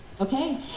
Okay